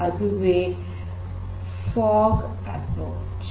ಅದುವೇ fog based approach